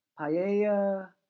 paella